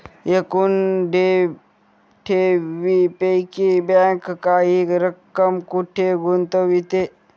एकूण ठेवींपैकी बँक काही रक्कम कुठे गुंतविते?